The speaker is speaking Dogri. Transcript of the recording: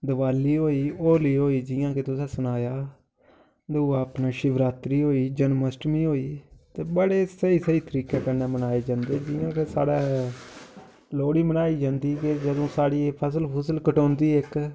दिवाली होई होली होई जि'यां कि तुसें सनाया दूआ अपना शिवरात्री होई जनमाष्टमी होई ते बड़े स्हेई स्हेई तरीके कन्नै मनाए जन्दे जियां कि साढ़ै लोह्ड़ी मनाई जन्दी के जदूं साढ़ी फसल फुसल कटोंदी इक